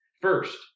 First